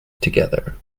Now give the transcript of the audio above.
together